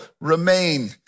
remain